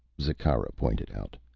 zikkara pointed out.